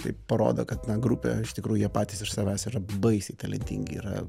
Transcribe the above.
tai parodo kad na grupė iš tikrųjų jie patys iš savęs yra baisiai talentingi yra